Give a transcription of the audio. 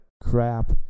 crap